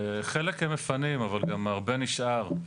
חלק הם מפנים אבל גם הרבה נשאר,